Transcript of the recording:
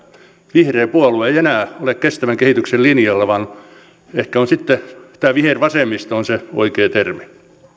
vihreä puolue ei enää ole kestävän kehityksen linjoilla vaan ehkä sitten tämä vihervasemmisto on se oikea termi